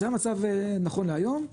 זה המצב נכון להיום.